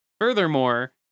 furthermore